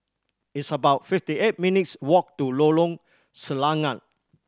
it's about fifty eight minutes' walk to Lorong Selangat